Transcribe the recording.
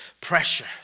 pressure